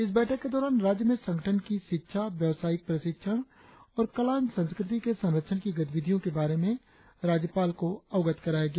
इस बैठक के दौरान राज्य में संगठन की शिक्षा व्यवसायिक प्रशिक्षण और कला एवं संस्कृति के संरक्षण की गतिविधियों के बारे में राज्यपाल को अवगत कराया गया